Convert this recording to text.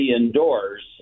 indoors